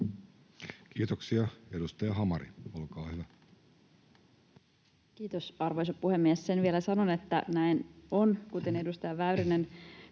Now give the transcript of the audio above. Kiitoksia. — Edustaja Hamari, olkaa hyvä. Kiitos, arvoisa puhemies! Sen vielä sanon, että näin on, edustaja Väyrynen,